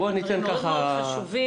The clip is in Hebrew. והיא אמרה דברים מאוד חשובים.